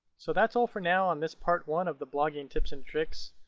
so that's all for now on this part one of the blogging tips and tricks.